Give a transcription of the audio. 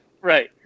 right